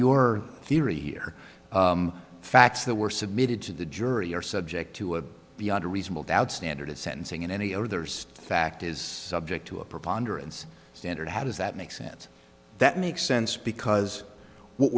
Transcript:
your theory here facts that were submitted to the jury are subject to a beyond a reasonable doubt standard at sentencing and any other state fact is subject to a preponderance standard how does that make sense that makes sense because what